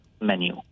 menu